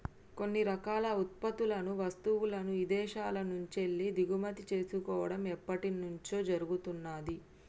కొన్ని రకాల ఉత్పత్తులను, వస్తువులను ఇదేశాల నుంచెల్లి దిగుమతి చేసుకోడం ఎప్పట్నుంచో జరుగుతున్నాది